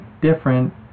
different